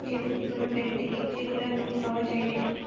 যে কোন ব্যাঙ্ক থেকে যেগুলা নোট পাওয়া যায়েটে